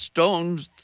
Stone's